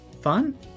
Fun